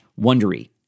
wondery